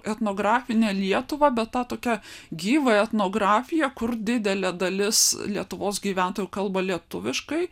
etnografinę lietuvą be tą tokią gyvąją etnografiją kur didelė dalis lietuvos gyventojų kalba lietuviškai